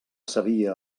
sabia